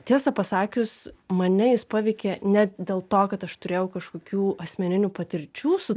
tiesą pasakius mane jis paveikė ne dėl to kad aš turėjau kažkokių asmeninių patirčių su